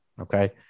Okay